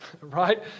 Right